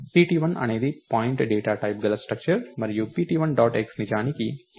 pt1 అనేది point data type గల structure మరియు pt1 డాట్ x నిజానికి పూర్ణాంకం